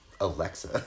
Alexa